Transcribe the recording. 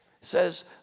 says